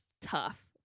Tough